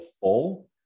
full